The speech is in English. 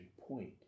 point